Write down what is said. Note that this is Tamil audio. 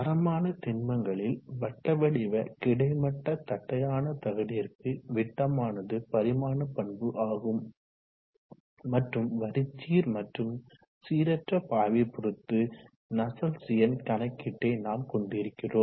தரமான திண்மங்களில் வட்ட வடிவ கிடைமட்ட தட்டையான தகடிற்கு விட்டமானது பரிமாண பண்பு ஆகும் மற்றும் வரிச்சீர் மற்றும் சீரற்ற பாய்வை பொறுத்து நஸ்சல்ட்ஸ் எண் கணக்கீட்டை நாம் கொண்டு இருக்கிறோம்